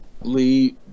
Lee